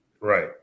right